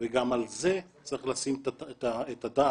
וגם על זה צריך לשים את הדעת